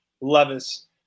Levis